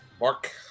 Mark